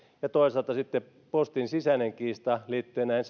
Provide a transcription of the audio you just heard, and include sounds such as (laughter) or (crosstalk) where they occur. ja toisaalta sitten postin sisäinen kiista liittyen näihin (unintelligible)